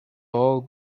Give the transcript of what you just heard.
all